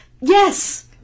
Yes